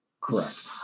Correct